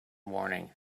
morning